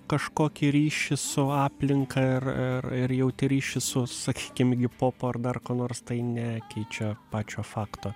kažkokį ryšį su aplinka ir ir ir jauti ryšį su sakykim igi popu ar dar kuo nors tai nekeičia pačio fakto